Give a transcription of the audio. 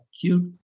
cute